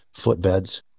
footbeds